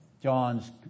John's